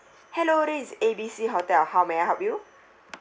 hello this is A B C hotel how may I help you